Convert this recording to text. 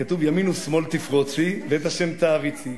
כתוב: ימין ושמאל תפרוצי ואת ה' תעריצי.